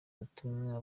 ubutumwa